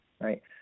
right